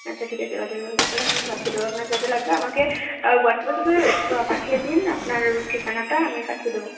আচ্ছা ঠিক আছে রজনীগন্ধা ফুল আপনাকে পাঠিয়ে দেবো আপনার যা যা লাগবে আমাকে হোয়াটসঅ্যাপে শুধু পাঠিয়ে দিন আপনার ঠিকানাটা আমি পাঠিয়ে দেবো